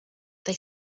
they